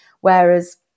Whereas